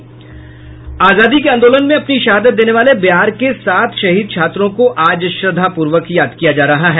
आजादी के आंदोलन में अपनी शहादत देने वाले बिहार के सात शहीद छात्रों को आज श्रद्धापूर्वक याद किया जा रहा है